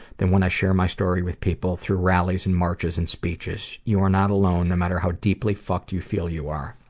than when i share my story with people through rallies, and marches, and speeches. you are not alone, no matter how deeply fucked you feel you are.